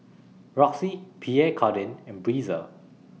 Roxy Pierre Cardin and Breezer